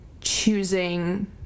choosing